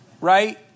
right